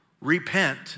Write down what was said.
repent